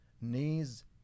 knees